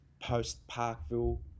post-Parkville